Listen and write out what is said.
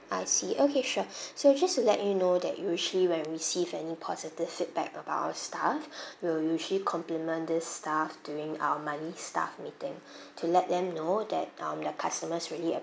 I see okay sure so just to let you know that usually when we receive any positive feedback about our staff we'll usually compliment this staff during our monthly staff meeting to let them know that um their customers really